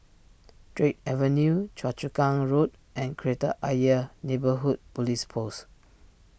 Drake Avenue Choa Chu Kang Road and Kreta Ayer Neighbourhood Police Post